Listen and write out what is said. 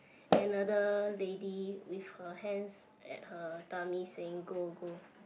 another lady with her hands at her tummy saying go go